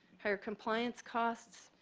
higher compliance costs,